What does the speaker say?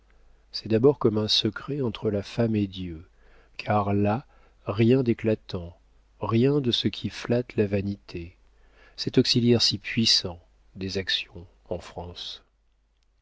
c'est d'abord comme un secret entre la femme et dieu car là rien d'éclatant rien de ce qui flatte la vanité cet auxiliaire si puissant des actions en france